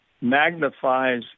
magnifies